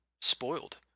spoiled